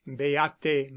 beate